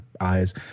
eyes